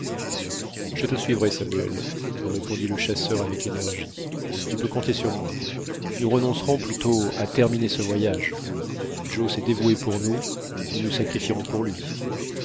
je te suivrai samuel répondit le chasseur avec énergie tu peux compter sur moi nous renoncerons plutôt à terminer ce voyage joe s'est dévoué pour nous nous nous sacrifierons pour lui